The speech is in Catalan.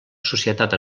societat